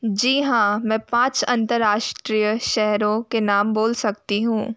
जी हाँ मैं पाँच अंतर्राष्ट्रीय शहरों के नाम बोल सकती हूँ